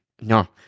No